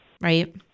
right